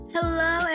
Hello